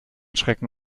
schrecken